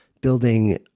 building